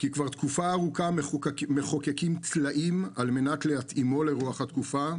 כבר תקופה ארוכה מחוקקים --- על-מנת להתאימו לרוח התקופה,